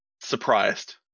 surprised